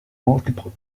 multiple